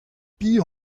piv